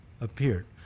appeared